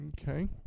Okay